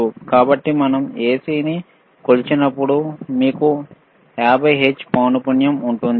కాబట్టి మనం AC ని కొలిచినప్పుడు మీకు 50 హెర్ట్జ్ పౌనపున్యాo ఉంటుంది